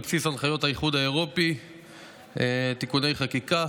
בסיס הנחיות האיחוד האירופי (תיקוני חקיקה).